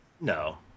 No